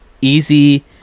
easy